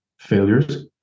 failures